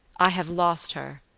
i have lost her,